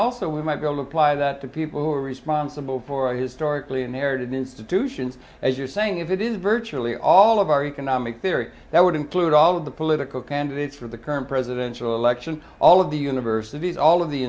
also we might go apply that to people who are responsible for our historically and there did institutions as you're saying if it is virtually all of our economic theory that would include all of the political candidates for the current presidential election all of the universities all of the